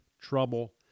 trouble